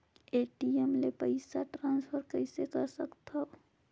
ATM ले पईसा transfer कइसे कर सकथव?